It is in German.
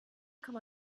kann